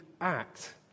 act